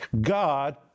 God